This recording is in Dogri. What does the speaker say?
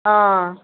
हां